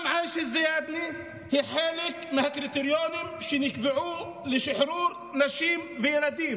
גם עאישה זיאדנה היא חלק מהקריטריונים שנקבעו לשחרור נשים וילדים.